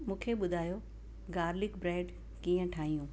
मूंखे ॿुधायो garlic bread कीअं ठाहियूं